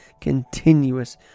continuous